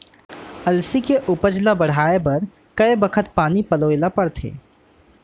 अलसी के उपज ला बढ़ए बर कय बखत पानी पलोय ल पड़थे?